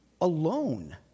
alone